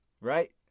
Right